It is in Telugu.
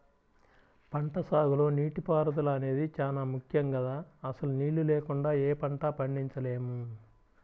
పంటసాగులో నీటిపారుదల అనేది చానా ముక్కెం గదా, అసలు నీళ్ళు లేకుండా యే పంటా పండించలేము